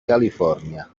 california